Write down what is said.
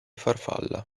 farfalla